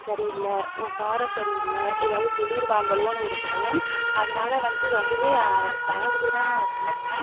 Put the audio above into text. சரியில்லை காரம் சரியில்லை ஏதாவது சொல்லியிருவாங்களோன்னு ஒரு பயம் அதனாலே வந்துட்டு ரொம்பவே பயந்துக்கிட்டு தான் நான் சமைச்சேன்